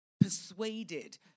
Persuaded